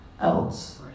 else